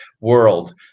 world